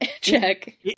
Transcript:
check